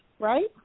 Right